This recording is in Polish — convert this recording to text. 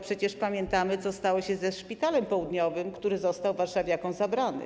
Przecież pamiętamy, co stało się ze Szpitalem Południowym, który został warszawiakom zabrany.